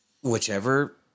whichever